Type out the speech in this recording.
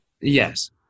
Yes